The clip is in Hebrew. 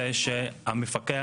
זה שהמפקח,